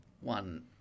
one